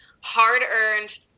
hard-earned